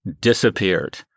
disappeared